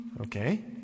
Okay